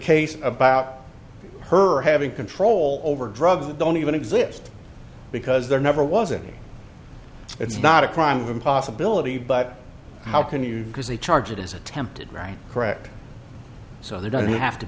case about her having control over drugs that don't even exist because there never was any it's not a crime of a possibility but how can you because they charge it is attempted right correct so they don't have to